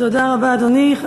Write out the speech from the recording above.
תודה רבה, אדוני.